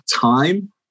time